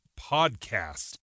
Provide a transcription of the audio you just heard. Podcast